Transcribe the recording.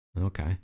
Okay